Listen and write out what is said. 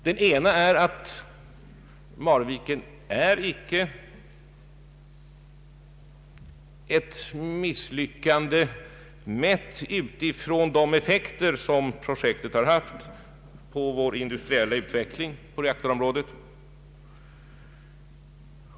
För det första är Marviken icke ett misslyckande, mätt utifrån de effekter som projektet har haft på vår industriella utveckling inom reaktorområdet.